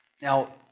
Now